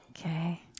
okay